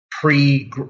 pre